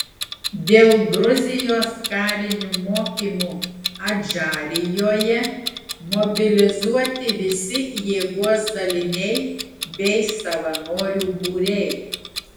dėl gruzijos karinių mokymų adžarijoje mobilizuoti visi jėgos daliniai bei savanorių būriai